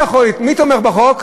מי תומך בחוק?